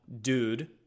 dude